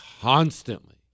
constantly